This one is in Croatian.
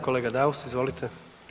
Kolega Daus izvolite.